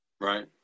right